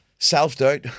Self-doubt